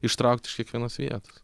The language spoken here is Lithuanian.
ištraukti iš kiekvienos vietos